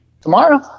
tomorrow